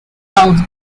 held